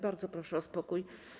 Bardzo proszę o spokój.